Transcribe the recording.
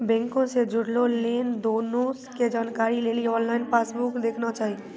बैंको से जुड़लो लेन देनो के जानकारी लेली आनलाइन पासबुक देखना चाही